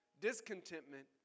Discontentment